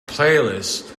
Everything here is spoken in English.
playlist